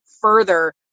further